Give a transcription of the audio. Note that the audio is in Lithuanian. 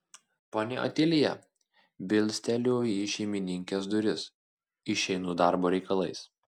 ponia otilija bilsteliu į šeimininkės duris išeinu darbo reikalais